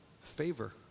favor